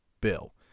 bill